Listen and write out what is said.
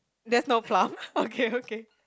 there's no plum okay okay